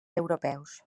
europeus